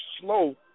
slow